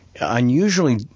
unusually